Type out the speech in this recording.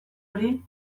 hori